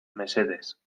mesedez